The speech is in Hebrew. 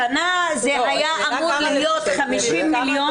בשנה זה היה אמור להיות 50 מיליון,